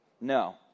No